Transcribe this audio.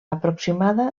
aproximada